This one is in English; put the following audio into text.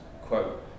quote